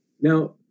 Now